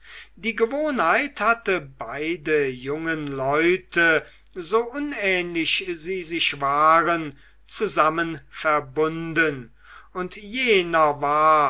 die gewohnheit hatte beide jungen leute so unähnlich sie sich waren zusammen verbunden und jener war